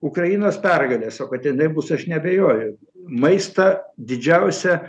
ukrainos pergalės o kad jinai bus aš neabejoju maistą didžiausia